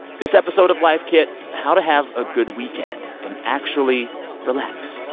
this episode of life kit how to have a good weekend and actually relax.